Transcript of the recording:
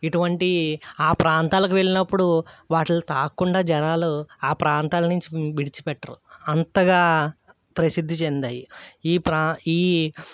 ఇటువంటివి ఆ ప్రాంతాలకు వెళ్ళినప్పుడు వాటిని తాకకుండా జనాలు ఆ ప్రాంతాల నుంచి విడిచిపెట్టరు అంతగా ప్రసిద్ధి చెందాయి ఈ ప్రా ఈ